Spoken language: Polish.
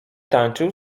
tańczył